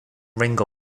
ringo